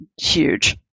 huge